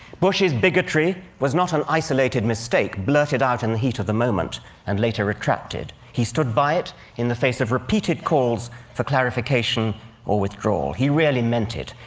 bush's bigotry was not an isolated mistake, blurted out in and the heat of the moment and later retracted. he stood by it in the face of repeated calls for clarification or withdrawal. he really meant it.